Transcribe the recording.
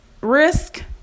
risk